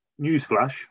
Newsflash